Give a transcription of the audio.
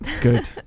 Good